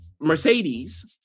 Mercedes